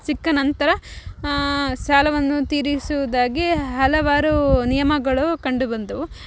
ಸಿಕ್ಕನಂತರ ಸಾಲವನ್ನು ತೀರಿಸುವುದಾಗಿ ಹಲವಾರು ನಿಯಮಗಳು ಕಂಡುಬಂದವು